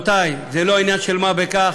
רבותי, זה לא עניין של מה בכך,